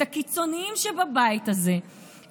את הקיצוניים שבבית הזה,